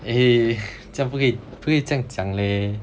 eh 这样不可以不可以这样讲 leh